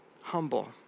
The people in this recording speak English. humble